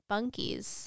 Bunkies